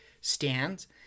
stands